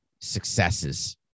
successes